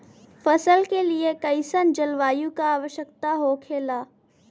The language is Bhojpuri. फसल के लिए कईसन जलवायु का आवश्यकता हो खेला?